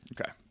Okay